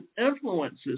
influences